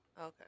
Okay